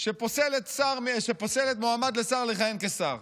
שפוסלת מועמד לשר לכהן כשר.